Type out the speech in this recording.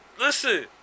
Listen